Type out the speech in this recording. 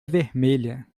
vermelha